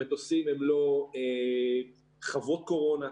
המטוסים הם לא חוות קורונה.